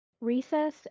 recess